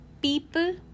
People